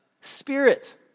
Spirit